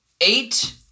eight